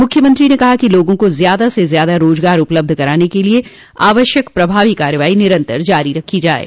मुख्यमंत्री ने कहा कि लोगों को ज्यादा से ज्यादा रोजगार उपलब्ध कराने के लिये आवश्यक प्रभावी कार्यवाई निरन्तर जारी रखी जाये